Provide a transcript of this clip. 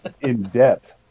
in-depth